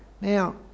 Now